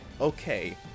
okay